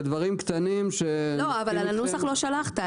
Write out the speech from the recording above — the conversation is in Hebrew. זה דברים קטנים --- אבל על הנוסח לא שלחת.